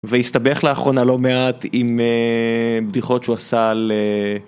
והסתבך לאחרונה לא מעט עם אה... בדיחות שהוא עשה על אה...